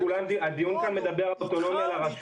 הדיון כאן מדבר על הרשויות.